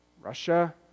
Russia